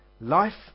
Life